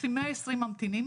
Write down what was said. יש לי 120 ממתינים,